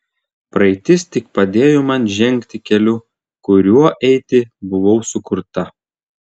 praeitis tik padėjo man žengti keliu kuriuo eiti buvau sukurta